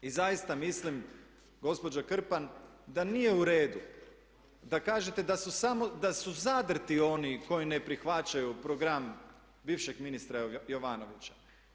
I zaista mislim gospođa Krpan da nije u redu da kažete da su zadrti oni koji ne prihvaćaju program bivšeg ministra Jovanovića.